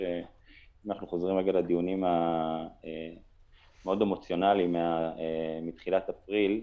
אם אנחנו חוזרים על הדיונים המאוד אמוציונליים מתחילת אפריל.